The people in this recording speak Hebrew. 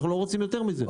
אנחנו לא רוצים יותר מזה.